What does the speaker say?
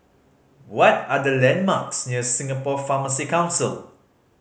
what are the landmarks near Singapore Pharmacy Council